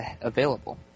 available